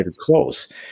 close